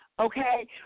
Okay